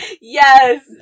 yes